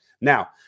Now